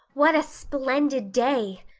what a splendid day!